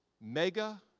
mega